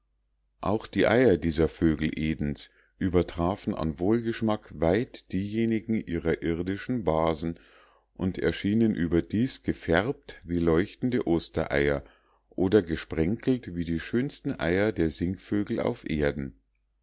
auch die eier dieser vögel edens übertrafen an wohlgeschmack weit diejenigen ihrer irdischen basen und erschienen überdies gefärbt wie leuchtende ostereier oder gesprenkelt wie die schönsten eier der singvögel auf erden